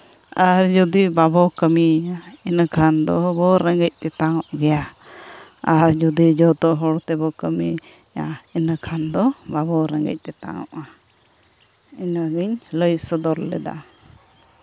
ᱟᱨ ᱡᱩᱫᱤ ᱵᱟᱵᱚ ᱠᱟᱹᱢᱤᱭᱟ ᱤᱱᱟᱹ ᱠᱷᱟᱱ ᱫᱚᱵᱚ ᱨᱮᱸᱜᱮᱡ ᱛᱮᱛᱟᱝ ᱚᱜ ᱜᱮᱭᱟ ᱟᱨ ᱡᱩᱫᱤ ᱡᱚᱛᱚ ᱦᱚᱲ ᱛᱮᱵᱚ ᱠᱟᱹᱢᱤᱭᱟ ᱤᱱᱟ ᱠᱷᱟᱱ ᱫᱚ ᱵᱟᱵᱚ ᱨᱮᱸᱜᱮᱡ ᱛᱮᱛᱟᱝᱚᱜᱼᱟ ᱤᱱᱟᱹᱜᱤᱧ ᱞᱟᱹᱭ ᱥᱚᱫᱚᱨ ᱞᱮᱫᱟ